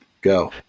Go